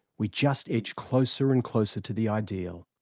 we just edge closer and closer to the ideal.